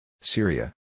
Syria